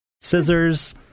scissors